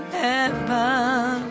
heaven